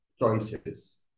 choices